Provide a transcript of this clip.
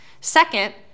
Second